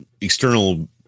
external